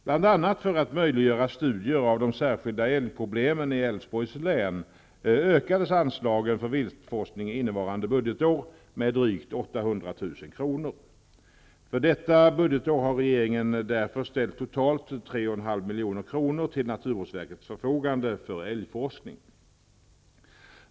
Bl.a. för att möjliggöra studier av de särskilda älgproblemen i Älvsborgs län ökades anslagen för viltforskning innevarande budgetår med drygt 800 000 kr. För detta budgetår har regeringen därför ställt totalt 3,5 milj.kr. till naturvårdsverkets förfogande för älgforskningen.